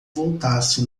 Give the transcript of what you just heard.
voltasse